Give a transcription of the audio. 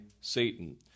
Satan